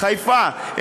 חיפה,